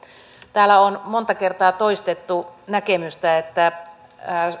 täällä on monta kertaa toistettu näkemystä että